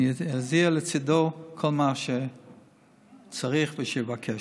אהיה לצידו בכל מה שצריך ושיבקש.